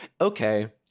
okay